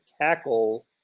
tackle